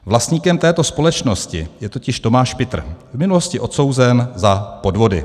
Vlastníkem této společnosti je totiž Tomáš Pitr, v minulosti odsouzený za podvody.